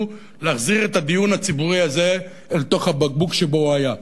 להחזיר את הדיון הציבורי הזה אל תוך הבקבוק שבו הוא היה.